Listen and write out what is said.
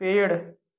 पेड़